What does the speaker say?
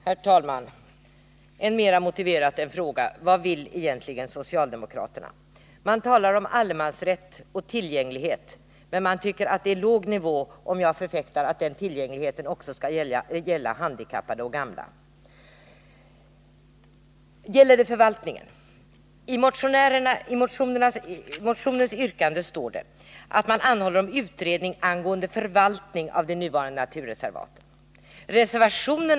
Herr talman! Det är än mera motiverat att fråga: Vad vill egentligen socialdemokraterna? De talar om allemansrätt och tillgänglighet, men tycker att det är fråga om låg nivå när jag förfäktar att den tillgängligheten också skall gälla handikappade och gamla. Är det förvaltningen som motionärerna syftar på? I motionens yrkande anhålls om utredning angående förvaltningen av de nuvarande naturreservaten vid Kullaberg.